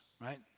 right